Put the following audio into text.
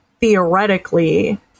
theoretically